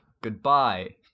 Goodbye